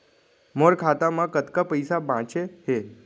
मोर खाता मा कतका पइसा बांचे हे?